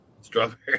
Strawberry